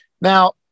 Now